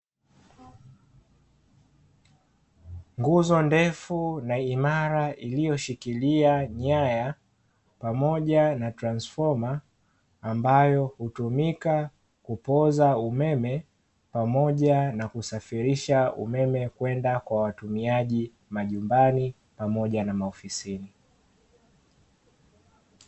Nguzo ndefu na imara iliyoshikilia nyaya pamoja na tranfoma, ambayo hutumika kupoza umeme pamoja na kusafirisha umeme kwenda kwa watumiaji majumbani pamoja na maofisini.